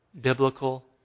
biblical